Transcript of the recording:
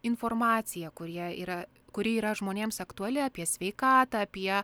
informaciją kurie yra kuri yra žmonėms aktuali apie sveikatą apie